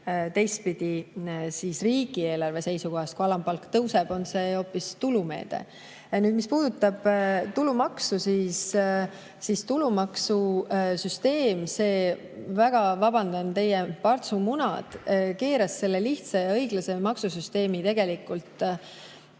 Teistpidi siis: riigieelarve seisukohast, kui alampalk tõuseb, on see hoopis tulumeede. Mis puudutab tulumaksu, tulumaksusüsteemi, siis ma väga vabandan, teie Partsu munad keeras selle lihtsa ja õiglase maksusüsteemi tegelikult